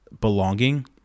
belonging